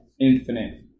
Infinite